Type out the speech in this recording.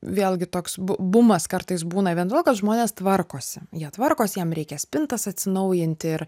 vėlgi toks bu bumas kartais būna vien todėl kad žmonės tvarkosi jie tvarkosi jiem reikia spintas atsinaujinti ir